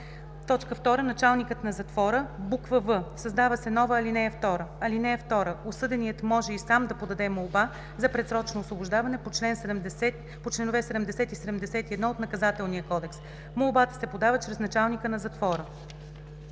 така: „2. началникът на затвора;“ в) създава се нова ал. 2: „(2) Осъденият може и сам да подаде молба за предсрочно освобождаване по чл. 70 и 71 от Наказателния кодекс. Молбата се подава чрез началника на затвора.“;